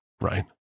right